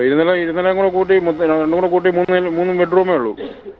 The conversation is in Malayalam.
ഇരുനില ഇരുനിലയുംകൂടെ കൂട്ടി പിന്നെ രണ്ടുംകൂടെ കൂട്ടി മൂന്ന് മൂന്ന് ബെഡ്റൂമേ ഉള്ളൂ